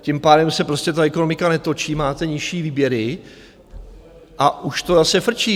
Tím pádem se prostě ta ekonomika netočí, máte nižší výběry a už to zase frčí.